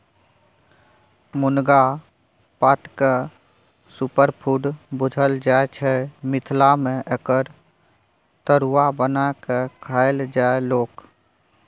मुनगा पातकेँ सुपरफुड बुझल जाइ छै मिथिला मे एकर तरुआ बना कए खाइ छै लोक